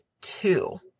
Two